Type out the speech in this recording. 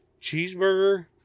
cheeseburger